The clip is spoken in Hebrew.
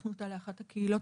לקחנו אותה לאחת הקהילות,